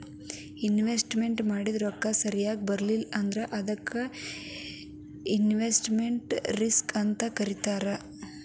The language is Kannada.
ಇನ್ವೆಸ್ಟ್ಮೆನ್ಟ್ ಮಾಡಿದ್ ರೊಕ್ಕ ಸರಿಯಾಗ್ ಬರ್ಲಿಲ್ಲಾ ಅಂದ್ರ ಅದಕ್ಕ ಇನ್ವೆಸ್ಟ್ಮೆಟ್ ರಿಸ್ಕ್ ಅಂತ್ ಕರೇತಾರ